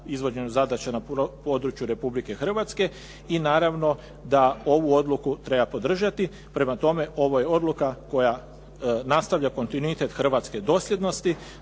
izvođenju zadaća na području Republike Hrvatske i naravno da ovu odluku treba podržati. Prema tome, ovo je odluka koja nastavlja kontinuitet hrvatske dosljednosti,